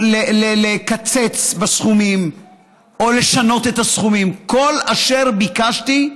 לקצץ בסכומים או לשנות את הסכומים, כל אשר ביקשתי,